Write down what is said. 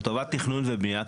לטובת תכנון ובנייה,